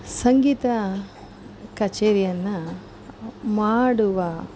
ಸಂಗೀತ ಕಚೇರಿಯನ್ನು ಮಾಡುವ